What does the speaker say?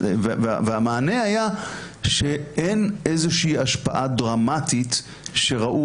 והמענה היה שאין איזושהי השפעה דרמטית שראו